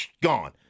Gone